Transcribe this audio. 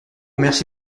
merci